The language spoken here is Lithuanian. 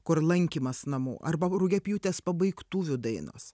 kur lankymas namų arba rugiapjūtės pabaigtuvių dainos